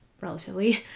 relatively